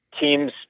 teams